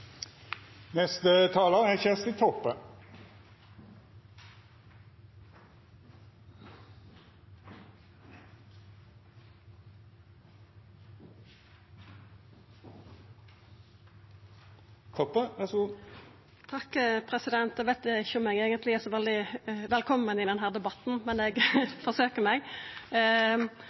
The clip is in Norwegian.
Eg veit ikkje om eg eigentleg er så veldig velkomen i denne debatten, men eg forsøker meg.